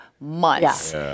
Months